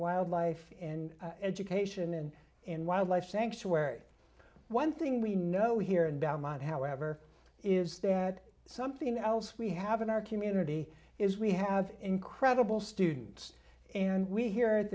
wildlife and education and in wildlife sanctuary one thing we know here in belmont however is that something else we have in our community is we have incredible students and we here at